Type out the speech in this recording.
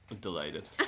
Delighted